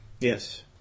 Yes